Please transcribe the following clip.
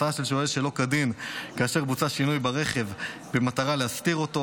הסעה של שוהה שלא כדין כאשר בוצע שינוי ברכב במטרה להסתיר אותו,